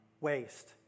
waste